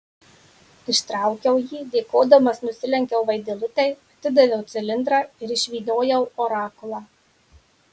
ištraukiau jį dėkodamas nusilenkiau vaidilutei atidaviau cilindrą ir išvyniojau orakulą